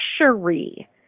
luxury